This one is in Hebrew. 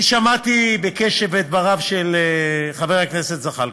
אני שמעתי בקשב את דבריו של חבר הכנסת זחאלקה.